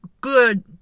good